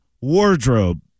wardrobe